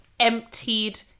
emptied